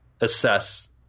assess